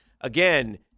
again